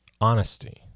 honesty